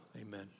amen